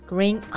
Green